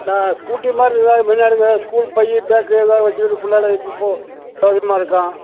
இந்த ஸ்கூட்டி மாதிரி இருந்தால் முன்னாடி இந்த ஸ்கூல் பை பேக்கு இதெல்லாம் வெச்சுக்கிட்டு முன்னால் ஏற்றினு போக சௌகரியமா இருக்கும்